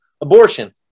Abortion